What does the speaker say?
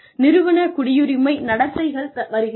நிறுவன குடியுரிமை நடத்தைகள் வருகிறது